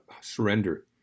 surrender